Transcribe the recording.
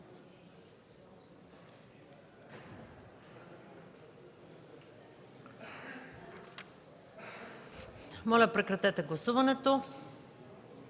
зала. Прекратете гласуването.